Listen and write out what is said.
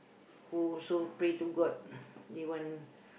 who also pray to god they want